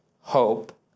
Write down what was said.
hope